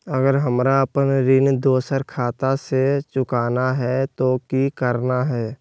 अगर हमरा अपन ऋण दोसर खाता से चुकाना है तो कि करना है?